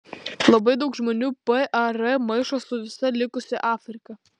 labai daug žmonių par maišo su visa likusia afrika